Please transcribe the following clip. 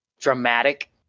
dramatic